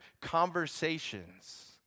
conversations